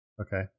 Okay